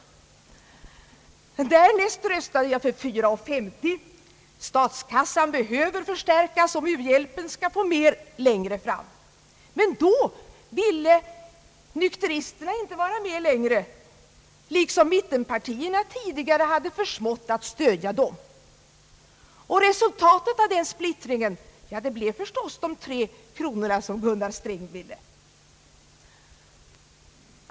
Därnäst röstade jag för 4:50 — statskassan behöver förstärkas om u-hjälpen skall få mer längre fram. Men då ville inte nykteristerna vara med längre, liksom mittenpartierna tidigare hade försmått att stödja dem. Resultatet av den splittringen blev förstås de 3 kronor som Gunnar Sträng ville.